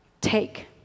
take